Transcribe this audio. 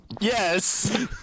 Yes